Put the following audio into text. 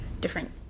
different